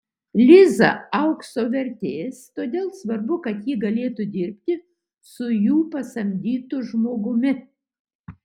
liza aukso vertės todėl svarbu kad ji galėtų dirbti su jų pasamdytu žmogumi